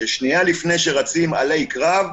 ששנייה לפני שרצים אלי קרב,